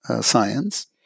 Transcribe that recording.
science